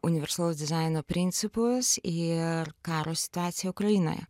universalaus dizaino principus ir karo situaciją ukrainoje